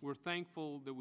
we're thankful that